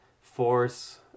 force